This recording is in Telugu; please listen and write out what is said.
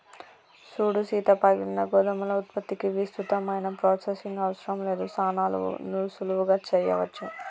సూడు సీత పగిలిన గోధుమల ఉత్పత్తికి విస్తృతమైన ప్రొసెసింగ్ అవసరం లేదు సానా సులువుగా సెయ్యవచ్చు